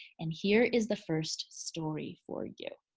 and here is the first story for you.